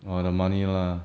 !wah! the money lah